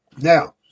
Now